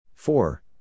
Four